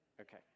Okay